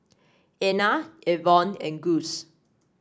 Ena Evonne and Gus